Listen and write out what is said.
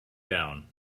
down